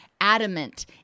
adamant